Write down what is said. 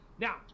Now